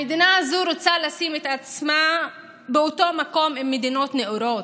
המדינה הזו רוצה לשים את עצמה באותו מקום עם מדינות נאורות,